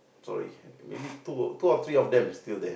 sorry maybe two or two or three of them is still there